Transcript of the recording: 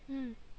no